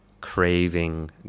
craving